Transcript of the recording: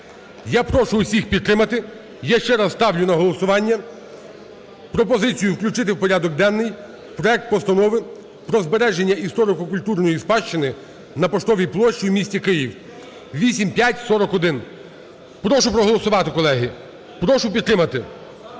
Я прошу всіх підтримати, я ще раз ставлю на голосування пропозицію включити в порядок денний проект Постанови про збереження історико-культурної спадщини на Поштовій площі в місті Києві (8541). Прошу проголосувати, колеги, прошу підтримати.